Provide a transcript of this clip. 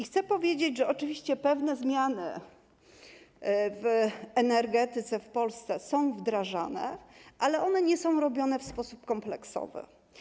Chcę powiedzieć, że oczywiście pewne zmiany w zakresie energetyki w Polsce są wdrażane, ale nie jest to robione w sposób kompleksowy.